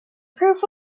proof